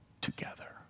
together